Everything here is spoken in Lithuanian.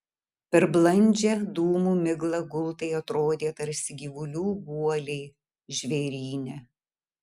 per blandžią dūmų miglą gultai atrodė tarsi gyvulių guoliai žvėryne